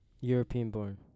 European-born